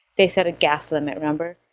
they set a gas limit number.